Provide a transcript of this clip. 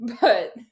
But-